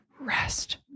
rest